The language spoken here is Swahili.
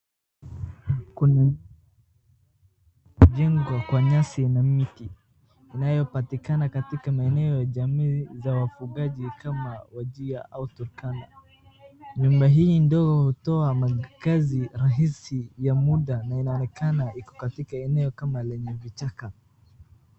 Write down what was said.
Kuna jengo kwa nyasi na miti inayopatikana katika maeneo ya jamii za wafugaji kama Wajir au Turkana. Nyumba hii ndogo hutoa makazi rahisi ya munda na inaonekana iko katikaa eneo kama lenye vichaka.